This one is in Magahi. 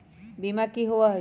बीमा की होअ हई?